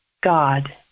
God